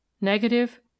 negative